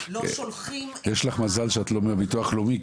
לא שולחים את ה- -- יש לך מזל שאת לא מהביטוח הלאומי,